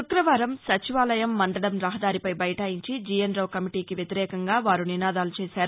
శుక్రవారం సచివాలయం మందడం రహదారిపై బైఠాయించి జీఎన్ రావు కమిటీకి వ్యతిరేకంగా వారు నినాదాలు చేశారు